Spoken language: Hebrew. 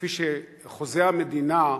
כפי שחוזה המדינה,